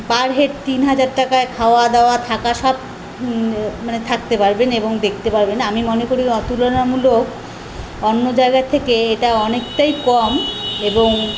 পার head তিন হাজার টাকায় খাওয়া দাওয়া থাকা সব মানে থাকতে পারবেন এবং দেখতে পারবেন আমি মনে করি অ তুলনামূলক অন্য জায়গার থেকে এটা অনেকটাই কম এবং